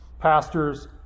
pastors